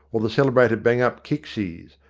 or the celebrated bang-up kick sies,